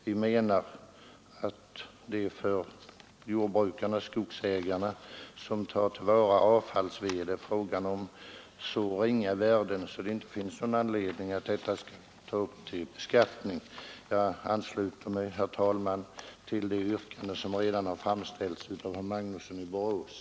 Vi menar att den avfallsved som jordbrukare-skogsägare tar till vara har så ringa värde att det inte finns anledning att ta upp det till beskattning. Jag ansluter mig, herr talman, till det yrkande som redan har framställts av herr Magnusson i Borås.